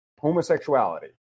homosexuality